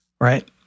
Right